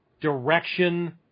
direction